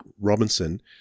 robinson